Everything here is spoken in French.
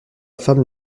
femme